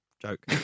joke